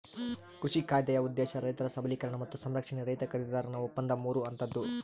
ಕೃಷಿ ಕಾಯ್ದೆಯ ಉದ್ದೇಶ ರೈತರ ಸಬಲೀಕರಣ ಮತ್ತು ಸಂರಕ್ಷಣೆ ರೈತ ಮತ್ತು ಖರೀದಿದಾರನ ಒಪ್ಪಂದ ಮೂರು ಹಂತದ್ದು